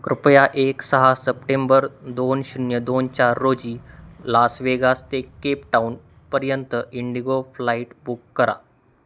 कृपया एक सहा सप्टेंबर दोन शून्य दोन चार रोजी लास वेगास ते केपटाऊनपर्यंत इंडिगो फ्लाईट बुक करा